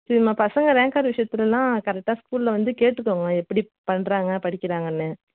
சரிம்மா பசங்க rank card விஷயத்திலலாம் கரெக்டாக ஸ்கூலில் வந்து கேட்டுக்கங்க எப்படி பண்ணுறாங்க படிக்கிறாங்கன்னு